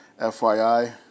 FYI